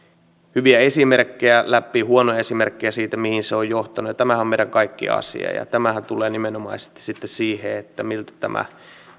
hyviä esimerkkejä läpi huonoja esimerkkejä siitä mihin se on johtanut ja tämähän on meidän kaikkien asia tämähän liittyy nimenomaisesti sitten siihen miltä tämä